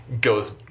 goes